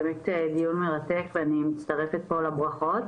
הדיון באמת מרתק ואני מצטרפת לברכות.